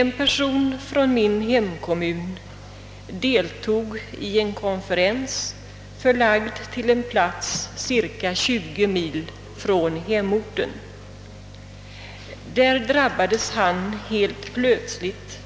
En person från min hemkommun deltog i en konferens förlagd till en plats cirka 20 mil från hemorten. Där drabbades han helt plötsligt